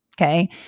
okay